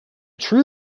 true